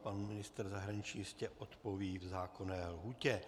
Pan ministr zahraničí jistě odpoví v zákonné lhůtě.